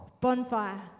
Bonfire